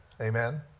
Amen